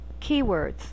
Keywords